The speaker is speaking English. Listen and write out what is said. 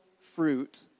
fruit